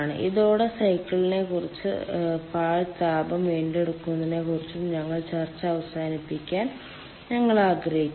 ഇതോടെ സൈക്കിളുകളെക്കുറിച്ചും പാഴ് താപം വീണ്ടെടുക്കുന്നതിനെക്കുറിച്ചും ഞങ്ങളുടെ ചർച്ച അവസാനിപ്പിക്കാൻ ഞങ്ങൾ ആഗ്രഹിക്കുന്നു